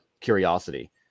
curiosity